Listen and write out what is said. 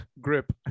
grip